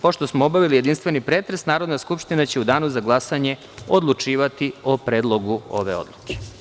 Pošto smo obavili jedinstveni pretres Narodna skupština će u danu za glasanje odlučivati o Predlogu ove odluke.